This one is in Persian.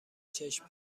چشم